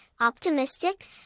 optimistic